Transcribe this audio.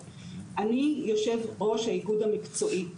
אני יושב ראש האיגוד המקצועי,